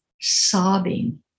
sobbing